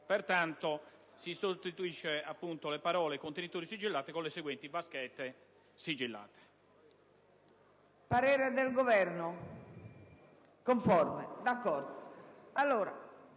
comma 1, sostituire le parole: «contenitori sigillati» con le seguenti: «vaschette sigillate».